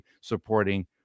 supporting